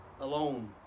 alone